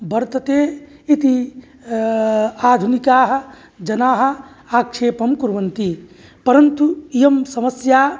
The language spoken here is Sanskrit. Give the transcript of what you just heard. वर्तते इति आधुनिकाः जनाः आक्षेपं कुर्वन्ति परन्तु इयं समस्या